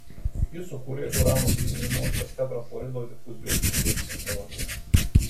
jis sukūrė urano gryninimo tetrafluorido difuzijos būdu technologiją